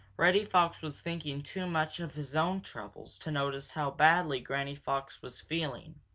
reddy fox was thinking too much of his own troubles to notice how badly granny fox was feeling.